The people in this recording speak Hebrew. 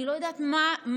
אני לא יודעת מה יהודי